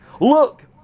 Look